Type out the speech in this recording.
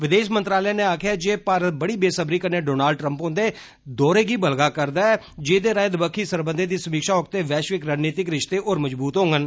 विदेश मंत्रालय नै आक्खेआ ऐ जे भारत बड़ी बेसब्री कन्नै डोनाल्ड ट्रम्प हुन्दे दौरे गी बलगा दा ऐ जेहदे राएं दबक्खी सरबंधै दी समीक्षा होग ते वैश्विक रणनीतिक रिश्ते होर मजबूत होंगन